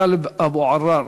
טלב אבו עראר,